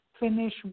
finish